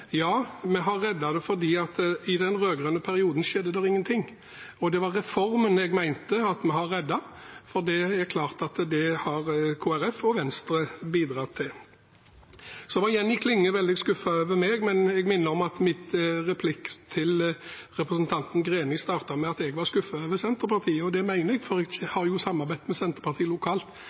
Ja, vi har reddet det, for i den rød-grønne perioden skjedde det ingenting. Det var reformen jeg mente at vi har reddet, for det er klart at det har Kristelig Folkeparti og Venstre bidratt til. Så var Jenny Klinge veldig skuffet over meg, men jeg minner om at min replikk til representanten Greni startet med at jeg var skuffet over Senterpartiet, og det mener jeg, for jeg har jo samarbeidet med Senterpartiet lokalt